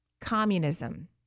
communism